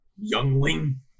youngling